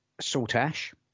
Saltash